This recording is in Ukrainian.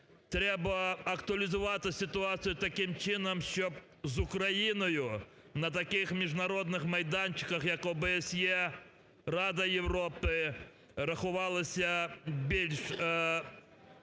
Треба актуалізувати ситуацію таким чином, щоб з Україною на таких міжнародних майданчиках як ОБСЄ, Рада Європи рахувалися більш...